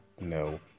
no